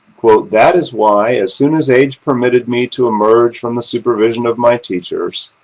that is why, as soon as age permitted me to emerge from the supervision of my teachers,